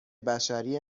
بشری